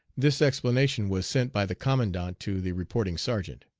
this explanation was sent by the commandant to the reporting sergeant.